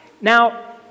Now